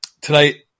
tonight